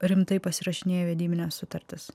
rimtai pasirašinėju vedybines sutartis